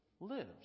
lives